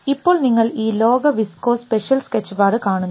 ഇപ്പോൾ നിങ്ങൾ ഈ ലോക വിസ്കോസ് സ്പെഷ്യൽ സ്കെച്ച്പാഡ് കാണുന്നു